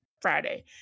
Friday